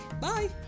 bye